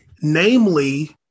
namely